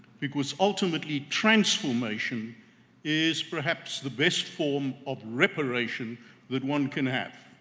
because ultimately transformation is perhaps the best form of reparation that one can have.